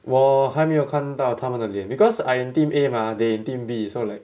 我还没有看到她们的脸 because I in team A mah they in team B so like